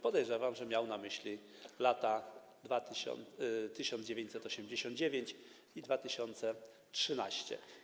Podejrzewam, że miał na myśli lata 1989 i 2013.